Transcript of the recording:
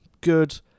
good